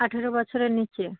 আঠেরো বছরের নিচে